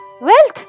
Wealth